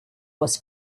was